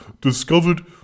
discovered